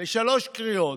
בשלוש קריאות,